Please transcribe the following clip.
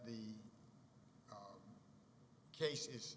the case is